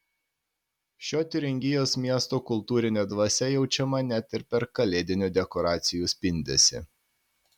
šio tiuringijos miesto kultūrinė dvasia jaučiama net ir per kalėdinių dekoracijų spindesį